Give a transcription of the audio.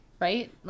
Right